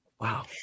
Wow